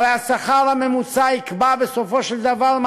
הרי השכר הממוצע יקבע בסופו של דבר מה